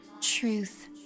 truth